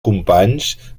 companys